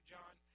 John